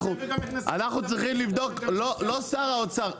אנחנו צריכים לבדוק לא שר האוצר,